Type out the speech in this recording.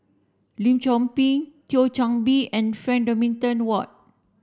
Lim Chor Pee Thio Chan Bee and Frank Dorrington Ward